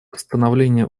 становления